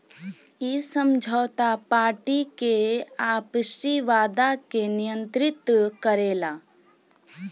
इ समझौता पार्टी के आपसी वादा के नियंत्रित करेला